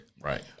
Right